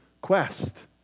quest